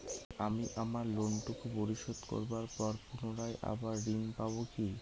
আমি আমার লোন টুকু পরিশোধ করবার পর পুনরায় আবার ঋণ পাবো কি?